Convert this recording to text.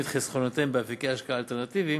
את חסכונותיהם באפיקי השקעה אלטרנטיביים,